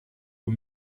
aux